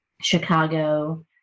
Chicago